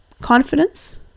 confidence